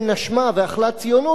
והוא היה מובן מאליו,